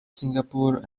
singapore